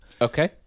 Okay